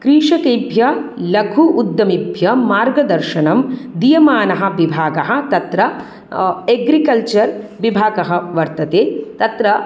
कृषकेभ्यः लघु उद्यमेभ्यः मार्गदर्शनं दीयमाणः विभागाः तत्र अग्रिकल्चर् विभागः वर्तते तत्र